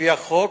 לפי החוק,